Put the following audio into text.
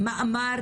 מאמר,